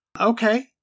Okay